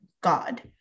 God